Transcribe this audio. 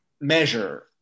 measure